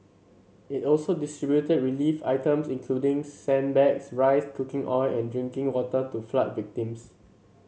it also distributed relief items including sandbags rice cooking oil and drinking water to flood victims